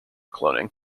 cloning